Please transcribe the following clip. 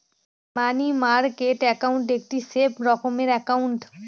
মানি market account একটি safe রকমের account